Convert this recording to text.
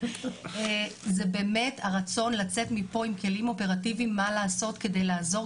זה באמת הרצון לצאת מפה עם כלים אופרטיביים מה לעשות כדי לעזור,